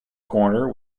corner